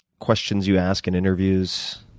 questions you ask in interviews?